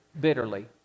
Bitterly